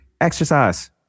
exercise